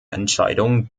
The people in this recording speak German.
entscheidung